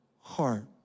heart